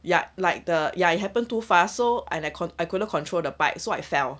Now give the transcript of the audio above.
ya like the ya it happen too fast so and I couldn't I couldn't control the bike so I fell